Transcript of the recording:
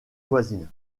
voisine